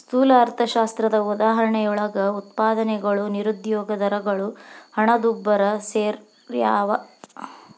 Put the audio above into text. ಸ್ಥೂಲ ಅರ್ಥಶಾಸ್ತ್ರದ ಉದಾಹರಣೆಯೊಳಗ ಉತ್ಪಾದನೆಗಳು ನಿರುದ್ಯೋಗ ದರಗಳು ಹಣದುಬ್ಬರ ಸೆರ್ಯಾವ